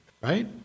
right